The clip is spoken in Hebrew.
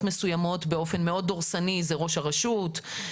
מסוימות באופן מאוד דורסני - זה ראש הרשות,